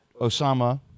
Osama